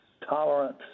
tolerance